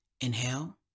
Inhale